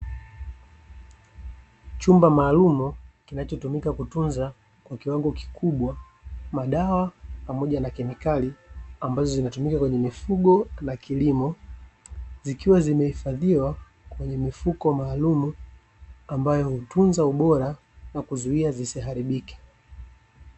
Chumba maalumu kinachotumika kutunza kwa kiwango kikubwa madawa pamoja na kemikali, ambazo zinatumika kwenye mifugo na kilimo, zikiwa zimehifadhiwa kwenye mifuko maalumu, ambayo hutunza ubora na kuzuia zisiharibike.